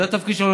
זה התפקיד שלנו,